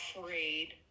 afraid